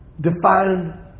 define